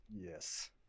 Yes